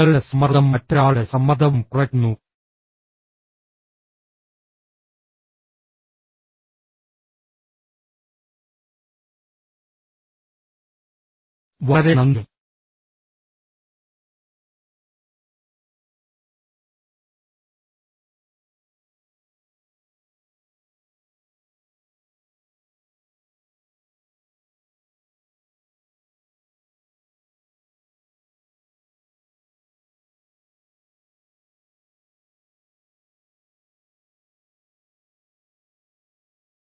ഈ വീഡിയോ കണ്ടതിന് നന്ദി നിങ്ങൾ നിങ്ങളുടെ മൊബൈൽ ഫലപ്രദമായി ഉപയോഗിക്കുമെന്നും അതിന്റെ അനാവശ്യ ഉപയോഗം കുറയ്ക്കുമെന്നും ഞാൻ പ്രതീക്ഷിക്കുന്നു